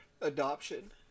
adoption